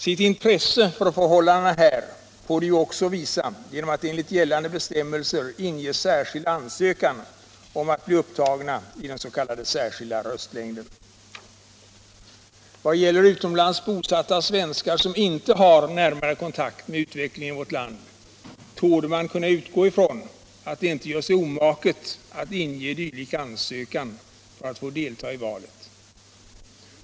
Sitt intresse för förhållandena här får de ju också visa genom att enligt gällande bestämmelser inge särskild ansökan om att bli upptagna i den s.k. särskilda röstlängden. Vad gäller utomlands bosatta svenskar som inte har närmare kontakt med utvecklingen i vårt land torde man kunna utgå ifrån att de inte gör sig omaket att inge dylik ansökan för att få delta i valet.